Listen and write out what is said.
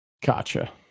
Gotcha